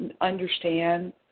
understand